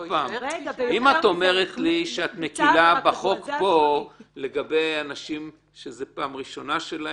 אם את אומרת שאת מקילה בחוק פה לגבי אנשים שזו הפעם הראשונה שלהם,